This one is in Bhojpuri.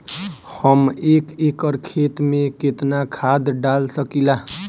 हम एक एकड़ खेत में केतना खाद डाल सकिला?